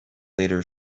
later